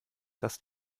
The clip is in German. das